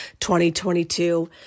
2022